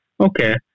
Okay